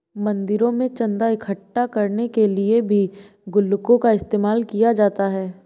मंदिरों में चन्दा इकट्ठा करने के लिए भी गुल्लकों का इस्तेमाल किया जाता है